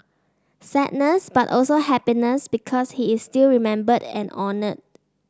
sadness but also happiness because he is still remembered and honoured